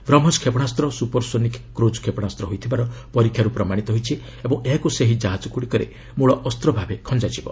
ବ୍ରହ୍ମସ୍ କ୍ଷେପଶାସ୍ତ supersonic cruise କ୍ଷେପଶାସ ହୋଇଥିବାର ପରୀକ୍ଷାରୁ ପ୍ରମାଣିତ ହୋଇଛି ଓ ଏହାକୁ ସେହି ଜାହାଜଗୁଡିକରେ ମୂଳଅସ୍ତଭାବେ ଖଞ୍ଜାଯିବ